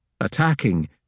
attacking